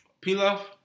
Pilaf